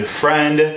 friend